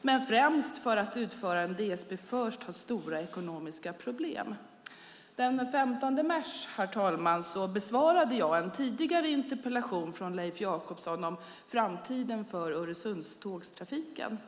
men främst för att utföraren DSB First har stora ekonomiska problem. Den 15 mars i år besvarade jag en tidigare interpellation från Leif Jakobsson om framtiden för Öresundstågtrafiken .